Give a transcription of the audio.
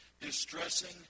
distressing